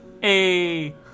Hey